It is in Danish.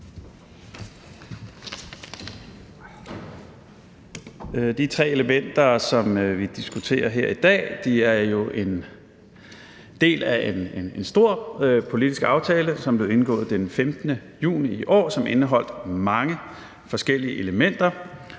De tre elementer, som vi diskuterer her i dag, er jo en del af en stor politisk aftale, som blev indgået den 15. juni i år, og som indeholdt mange forskellige elementer,